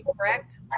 correct